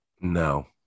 No